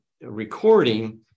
recording